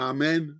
Amen